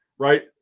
right